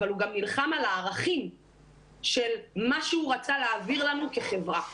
אבל הוא גם נלחם על הערכים של מה שהוא רצה להעביר לנו כחברה,